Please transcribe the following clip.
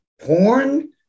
porn